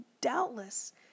doubtless